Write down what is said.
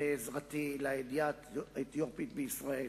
ועזרתי לעלייה האתיופית לישראל.